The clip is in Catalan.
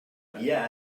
via